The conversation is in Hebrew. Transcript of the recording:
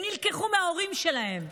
הם נלקחו מההורים שלהם.